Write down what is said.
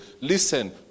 Listen